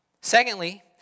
Secondly